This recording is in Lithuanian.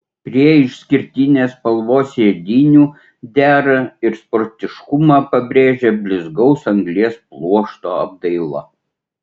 prie išskirtinės spalvos sėdynių dera ir sportiškumą pabrėžia blizgaus anglies pluošto apdaila